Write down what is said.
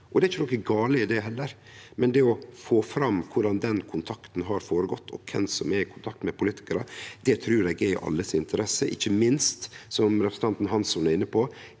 Det er ikkje noko gale i det heller, men det å få fram korleis den kontakten har føregått, og kven som er i kontakt med politikarar, trur eg er i alles interesse, ikkje minst, som representanten Hansson var inne på,